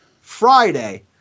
Friday